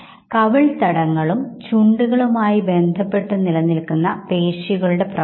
ഭയം ദേഷ്യം എന്നീ വികാരങ്ങൾ ഉണ്ടാകുമ്പോൾ അവയുടെ തീവ്രത കുറയ്ക്കാൻ നാമാഗ്രഹിക്കുന്നു